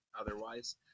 otherwise